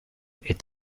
est